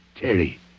Terry